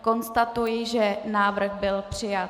Konstatuji, že návrh byl přijat.